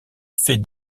faits